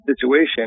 situation